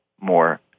more